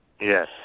Yes